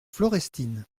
florestine